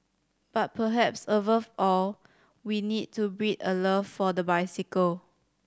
but perhaps above all we need to breed a love for the bicycle